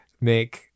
make